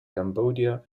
cambodia